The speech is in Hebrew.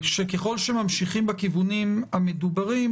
שככל שממשיכים בכיוונים המדוברים,